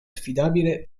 affidabile